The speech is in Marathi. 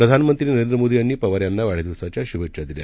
प्रधानमंत्रीनरेंद्रमोदीयांनीपवारयांनावाढदिवसाच्याशुभेच्छादिल्या